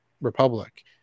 republic